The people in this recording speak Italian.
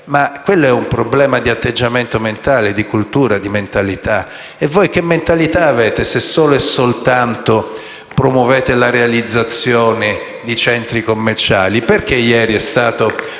però è un problema di atteggiamento mentale, di cultura, di mentalità. E voi che mentalità avete, se solo e soltanto promuovete la realizzazione di centri commerciali? Perché ieri è stato